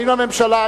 האם הממשלה,